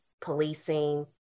policing